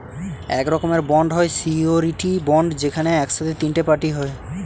এক রকমের বন্ড হয় সিওরীটি বন্ড যেখানে এক সাথে তিনটে পার্টি হয়